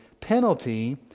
penalty